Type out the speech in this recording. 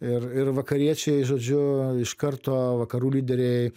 ir ir vakariečiai žodžiu iš karto vakarų lyderiai